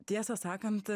tiesą sakant